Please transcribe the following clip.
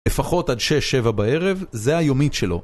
לפחות עד שש-שבע בערב, זה היומית שלו.